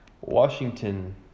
Washington